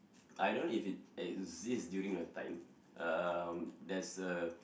I don't if it exist during your time um there's a